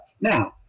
Now